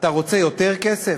אתה רוצה יותר כסף?